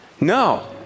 No